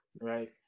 right